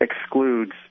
excludes